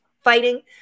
fighting